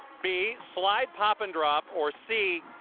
b, slide pop and drop, or c,